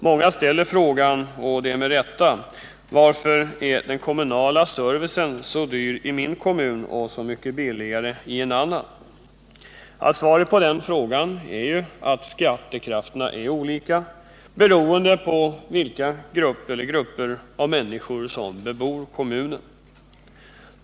Många ställer sig med rätta frågan varför den kommunala servicen är så dyr i en kommun och så mycket billigare i en annan. Svaret på den frågan är att skattekraften är olika, beroende på vilken grupp människor som bebor kommunen.